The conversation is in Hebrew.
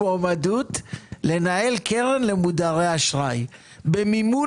מועמדות לנהל קרן למודרי אשראי במימון